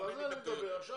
בזה אין להם בעיה.